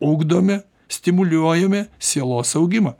ugdome stimuliuojame sielos augimą